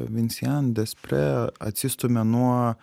vincian despre atsistumia nuo